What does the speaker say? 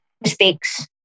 mistakes